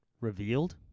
revealed